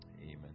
Amen